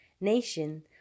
Nation